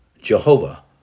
Jehovah